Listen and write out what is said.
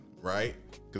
right